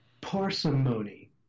parsimony